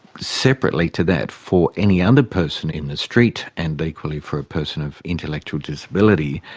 separately to that, for any other person in the street and equally for a person of intellectual disability,